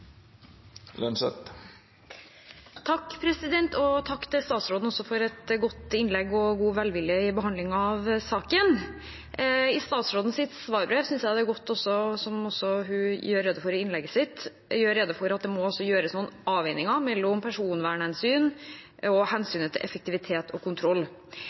et godt innlegg og god velvilje i behandlingen av saken. I statsrådens svarbrev synes jeg det er godt, som hun også sa i innlegget sitt, at hun gjør rede for at det må gjøres noen avveininger mellom personvernhensyn og hensynet til effektivitet og kontroll.